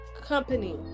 company